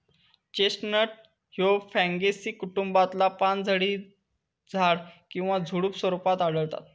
chestnut ह्या Fagaceae कुटुंबातला पानझडी झाड किंवा झुडुप स्वरूपात आढळता